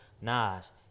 Nas